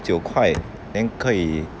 九块 then 可以